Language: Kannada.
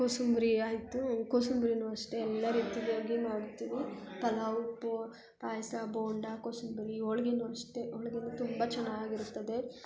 ಕೋಸುಂಬರಿ ಆಯಿತು ಕೋಸುಂಬರಿನೂ ಅಷ್ಟೇ ಎಲ್ಲ ರೀತಿಯಾಗಿ ಮಾಡ್ತೀವಿ ಪಲಾವು ಪಾಯಸ ಬೋಂಡ ಕೋಸುಂಬರಿ ಹೋಳ್ಗೆನು ಅಷ್ಟೇ ಹೋಳ್ಗೆನು ತುಂಬ ಚೆನ್ನಾಗಿರುತ್ತದೆ